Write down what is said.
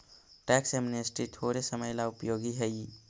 tax amnesty थोड़े समय ला उपयोगी हई